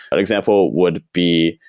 an example would be,